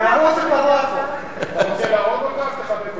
אתה רוצה להרוג אותה, אז תחבק אותה.